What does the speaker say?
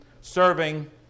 serving